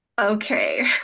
Okay